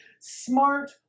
smart